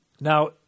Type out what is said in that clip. Now